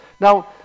Now